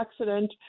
accident